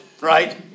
right